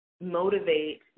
motivate